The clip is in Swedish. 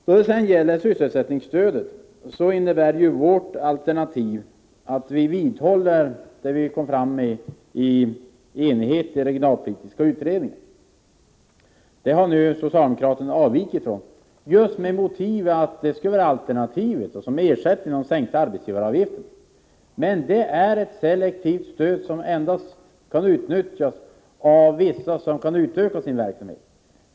Då det sedan gäller sysselsättningsstödet innebär vårt alternativ att vi vidhåller det som vi kom fram till i enighet i den regionalpolitiska utredningen. Det har socialdemokraterna nu avvikit ifrån just med motiveringen att sysselsättningsstödet skulle vara ett alternativ till den sänkta arbetsgivaravgiften. Men sysselsättningsstödet är ett selektivt stöd, som endast kan utnyttjas av vissa som kan utöka sin verksamhet.